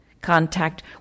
contact